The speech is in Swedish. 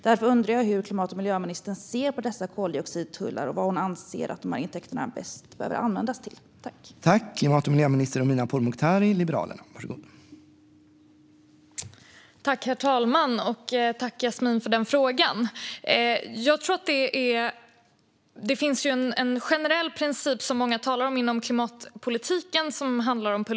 Därför undrar jag hur klimat och miljöministern ser på dessa koldioxidtullar och vad hon anser att intäkterna kan användas till på bästa sätt.